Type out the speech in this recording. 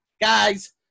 Guys